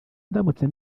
ndamutse